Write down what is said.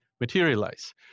materialize